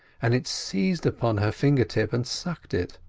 and it seized upon her fingertip and sucked it.